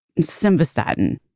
Simvastatin